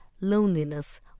Loneliness